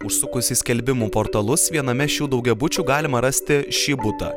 užsukus į skelbimų portalus viename šių daugiabučių galima rasti šį butą